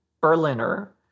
Berliner